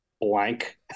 blank